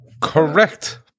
Correct